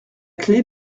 clef